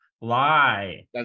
lie